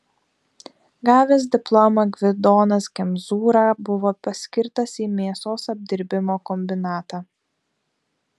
gavęs diplomą gvidonas kemzūra buvo paskirtas į mėsos apdirbimo kombinatą